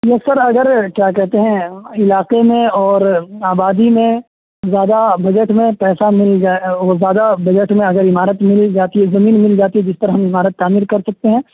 یس sir اگر کیا کہتے ہیں علاقے میں اور آبادی میں زیادہ بجٹ میں پیسہ مل جائے او زیادہ بجٹ میں اگر عمارت مل جاتی ہے زمین مل جاتی ہے جس پر ہم عمارت تعمیر کر سکتے ہیں